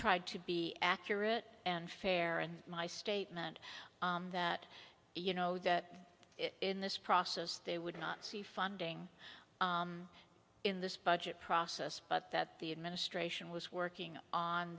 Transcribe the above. tried to be accurate and fair and my statement that you know that it in this process they would not see funding in this budget process but that the administration was working on